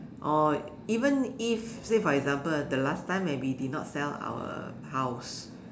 or even if say for example the last time where we did not sell our house